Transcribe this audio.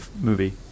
movie